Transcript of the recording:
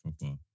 proper